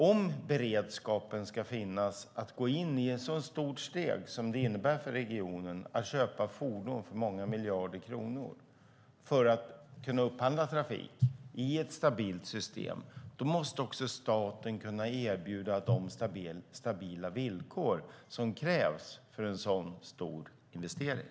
Om regionen ska kunna ta ett så stort steg som att köpa fordon för många miljarder kronor för att upphandla trafik i ett stabilt system måste också staten kunna erbjuda de stabila villkor som krävs för en sådan stor investering.